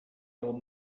old